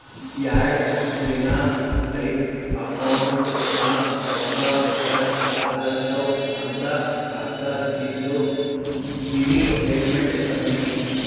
ಯಾಡ್ ದಿನಾ ಐಯ್ತ್ ಅಕೌಂಟ್ ನಾಗ್ ರೊಕ್ಕಾ ಕಟ್ ಆಲತವ್ ಅಂತ ಹತ್ತದಿಂದು ಮಿನಿ ಸ್ಟೇಟ್ಮೆಂಟ್ ತಂದಿನಿ